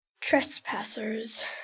Trespassers